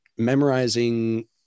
memorizing